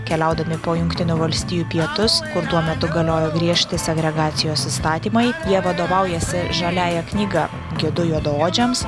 keliaudami po jungtinių valstijų pietus kur tuo metu galiojo griežti segregacijos įstatymai jie vadovaujasi žaliąja knyga gidu juodaodžiams